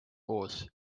koos